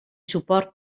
suport